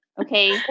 okay